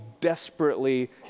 desperately